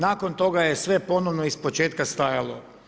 Nakon toga je sve ponovno iz početka stajalo.